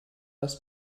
das